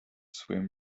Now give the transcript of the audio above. swim